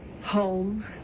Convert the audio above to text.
Home